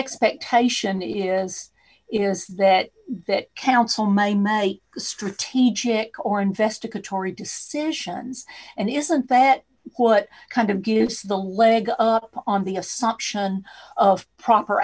expectation is is that that council mind my strategic or investigatory decisions and isn't that what kind of gives the leg up on the assumption of proper